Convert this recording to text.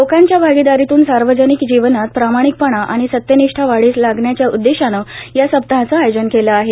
लोकांच्या भागीदारीतून सार्वजनिक जीवनात प्रामाणिकपणा आणि सत्यनिष्ठा वाढीस लागण्याच्या उददेशानं या सप्ताहाचं आयोजन केलं आहे